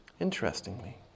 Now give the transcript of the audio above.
Interestingly